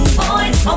boys